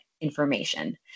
information